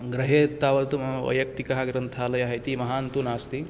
गृहे तावत् मम वैयक्तिकः ग्रन्थालयः इति महान्तु नास्ति